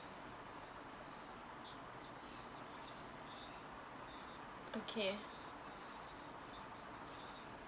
okay